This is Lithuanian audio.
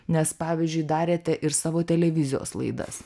nes pavyzdžiui darėte ir savo televizijos laidas